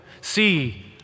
See